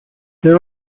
there